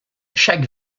chaque